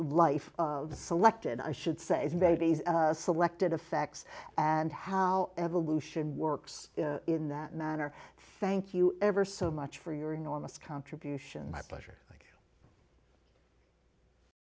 life selected i should say as babies selected effects and how evolution works in that manner thank you ever so much for your enormous contribution my pleasure